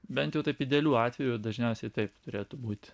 bent jau taip idealiu atveju dažniausiai taip turėtų būti